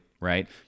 right